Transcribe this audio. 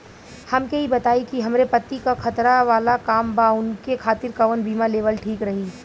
हमके ई बताईं कि हमरे पति क खतरा वाला काम बा ऊनके खातिर कवन बीमा लेवल ठीक रही?